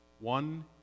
One